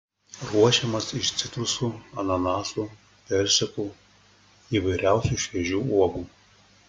ruošiamas iš citrusų ananasų persikų įvairiausių šviežių uogų